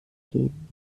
gehen